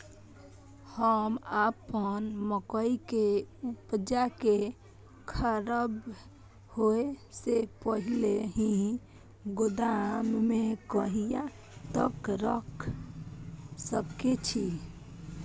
हम अपन मकई के उपजा के खराब होय से पहिले ही गोदाम में कहिया तक रख सके छी?